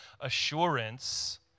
assurance